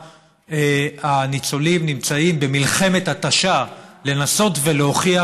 הניצולים נמצאים במלחמת התשה לנסות ולהוכיח